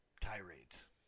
tirades